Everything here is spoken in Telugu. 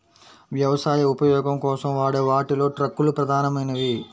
వ్యవసాయ ఉపయోగం కోసం వాడే వాటిలో ట్రక్కులు ప్రధానమైనవి